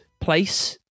place